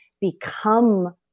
become